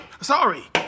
Sorry